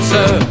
Sir